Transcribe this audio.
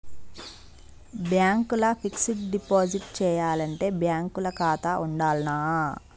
Bank ల fixed deposit చేయాలంటే bank ల ఖాతా ఉండాల్నా?